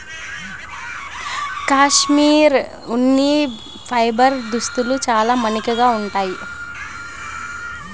cashmere ఉన్ని fibre దుస్తులు చాలా మన్నికగా ఉంటాయి